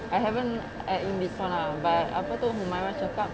I haven't add in this one ah but apa tu humairah cakap